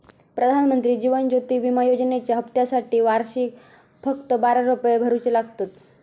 प्रधानमंत्री जीवन ज्योति विमा योजनेच्या हप्त्यासाटी वर्षाक फक्त बारा रुपये भरुचे लागतत